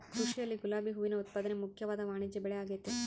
ಕೃಷಿಯಲ್ಲಿ ಗುಲಾಬಿ ಹೂವಿನ ಉತ್ಪಾದನೆ ಮುಖ್ಯವಾದ ವಾಣಿಜ್ಯಬೆಳೆಆಗೆತೆ